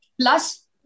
Plus